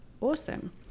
awesome